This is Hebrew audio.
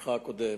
בתפקידך הקודם.